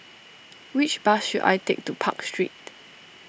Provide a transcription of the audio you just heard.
which bus should I take to Park Street